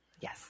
Yes